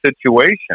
situation